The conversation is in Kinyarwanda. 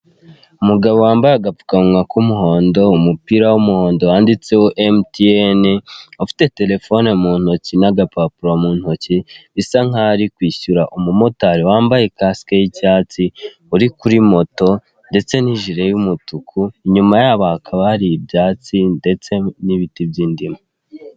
Umugabo wambaye agapfukamunwa k'umuhondo umupira w'umuhondo wanditseho emutiyeni ufite terefone mu ntoki n'agapapuro mu ntoki bisa nkaho ari kwishyura umumotari wambaye kasike y'icyatsi uri kuri moto ndetse n'ijire y'umutuku, inyuma yabo hakaba hari ibyatsi ndetse n'ibiti by'indimu.